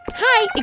hi.